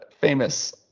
famous